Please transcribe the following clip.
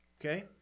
Okay